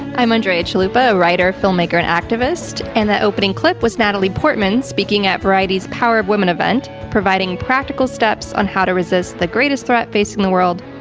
i'm andrea chalupa, a writer, filmmaker and activist and the openingclip was natalie portman speaking at variety's power of women eventproviding practical steps on how to resist the greatest threat facing the world,